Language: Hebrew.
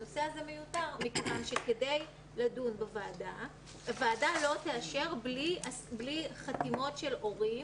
הנושא הזה מיותר מכיוון שהוועדה לא תאשר בלי חתימות של הורים